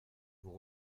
vous